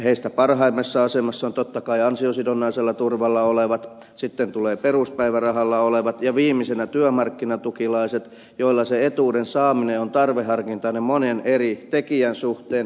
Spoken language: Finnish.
heistä parhaimmassa asemassa ovat totta kai ansiosidonnaisella turvalla olevat sitten tulevat peruspäivärahalla olevat ja viimeisenä työmarkkinatukilaiset joilla sen etuuden saaminen on tarveharkintainen monen eri tekijän suhteen